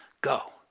Go